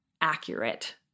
accurate